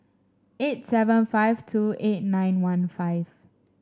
eight seven five two eight nine one five